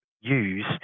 use